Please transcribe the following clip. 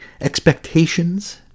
expectations